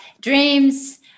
dreams